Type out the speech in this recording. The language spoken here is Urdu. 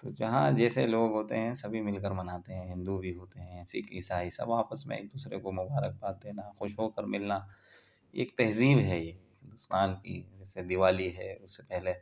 تو جہاں جیسے لوگ ہوتے ہیں سبھی مل کر مناتے ہیں ہندو بھی ہوتے ہیں سکھ عیسائی سب آپس میں ایک دوسرے کو مبارکباد دینا خوش ہو کر ملنا ایک تہذیب ہے یہ سال کی جیسے دیوالی ہے اس سے پہلے